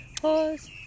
horse